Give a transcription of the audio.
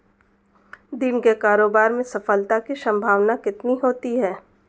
दिन के कारोबार में सफलता की संभावना कितनी होती है?